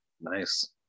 Nice